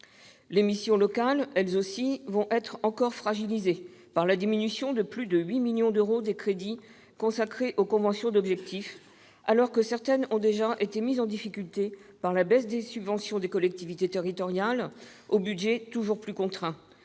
Les missions locales, elles aussi, vont être encore fragilisées, par la diminution de plus de 8 millions d'euros des crédits consacrés aux conventions d'objectifs, alors que certaines ont déjà été mises en difficulté par la baisse des subventions des collectivités territoriales, aux budgets toujours plus contraints.